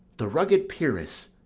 the rugged pyrrhus,